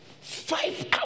five